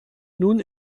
nun